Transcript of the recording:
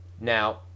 now